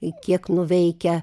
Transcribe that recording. i kiek nuveikę